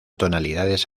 tonalidades